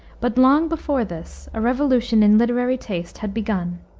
but long before this a revolution in literary taste had begun,